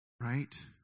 Right